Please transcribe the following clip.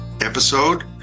episode